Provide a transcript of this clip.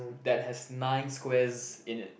that has nine squares in it